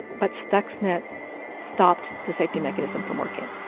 but stuxnet stopped the safety mechanism from working.